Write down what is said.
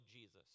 jesus